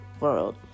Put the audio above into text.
world